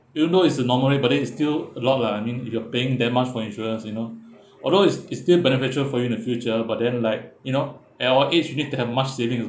even though it's the normal rate but then it is still a lot lah I mean if you are paying that much for insurance you know although it's it's still beneficial for you in the future but then like you know at our age you need to have much savings as